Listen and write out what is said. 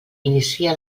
inicia